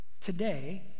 Today